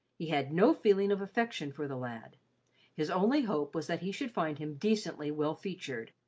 he had no feeling of affection for the lad his only hope was that he should find him decently well-featured,